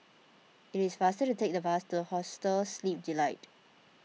it is faster to take the bus to Hostel Sleep Delight